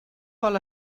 vol